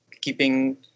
keeping